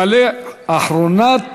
תעלה אחרונת